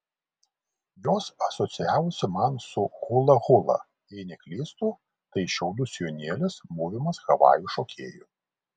jos asocijavosi man su hula hula jei neklystu tai šiaudų sijonėlis mūvimas havajų šokėjų